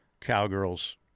Cowgirls